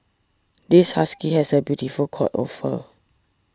this husky has a beautiful coat of fur